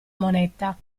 moneta